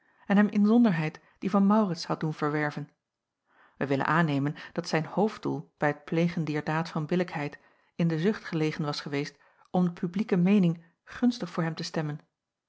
en hem inzonderheid die van maurits had doen verwerven wij willen aannemen dat zijn hoofddoel bij het plegen dier daad van billijkheid in de zucht gelegen was geweest om de publieke meening gunstig voor hem te stemmen